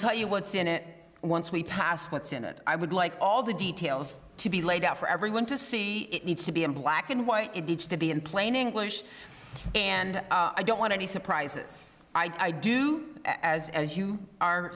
tell you what's in it once we pass what's in it i would like all the details to be laid out for everyone to see it needs to be in black and white it gets to be in plain english and i don't want any surprises i do as as you are